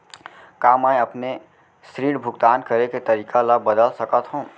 का मैं अपने ऋण भुगतान करे के तारीक ल बदल सकत हो?